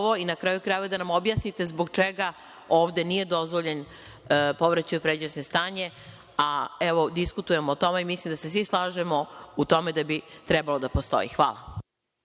i na kraju-krajeva da nam objasnite zbog čega ovde nije dozvoljen povraćaj u pređašnje stanje, a evo, diskutujemo o tome i mislim da se svi slažemo u tome da bi trebao da postoji. Hvala.